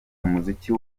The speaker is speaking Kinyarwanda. umuziki